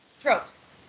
Tropes